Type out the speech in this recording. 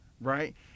right